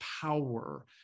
power